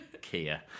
Kia